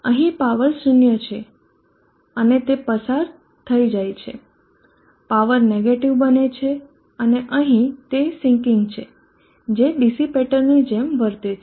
અહીં પાવર 0 છે અને તે પસાર થઈ જાય છે પાવર નેગેટીવ બને છે અને અહીં તે સીન્કીંગ છે જે ડિસીપેટરની જેમ વર્તે છે